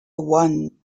one